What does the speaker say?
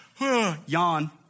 Yawn